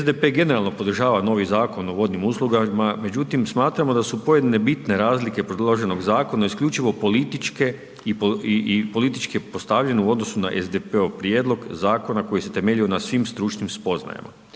SDP generalno podržava novi Zakon o vodnim uslugama, međutim, smatramo da su pojedine bitne razlike predloženog zakona isključivo političke i politički postavljene u odnosu na SDP-ov prijedlog zakona koji se temeljio na svim stručnim spoznajama.